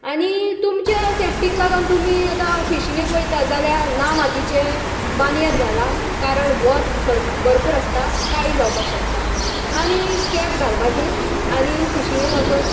आनी तुमच्या सेफ्टीक लागून तुमी आतां फिशींगेक वयतां जाल्यार लांब हातीचे बानियेन घालात कारण वत भरपूर आसता काळीं जावपाक शकता आनी कॅप घालपाचें आनी फिशीगेंक वचून